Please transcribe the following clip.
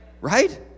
Right